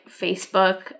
Facebook